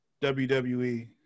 WWE